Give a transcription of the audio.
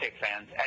fans